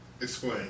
Explain